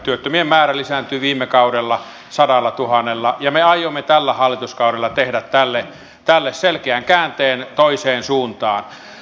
työttömien määrä lisääntyi viime kaudella sadallatuhannella ja me aiomme tällä hallituskaudella tehdä tälle selkeän käänteen toiseen suuntaan